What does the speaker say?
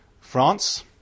France